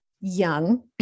young